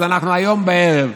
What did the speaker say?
אז אנחנו היום בערב,